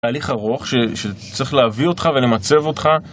תהליך ארוך שצריך להביא אותך ולמצב אותך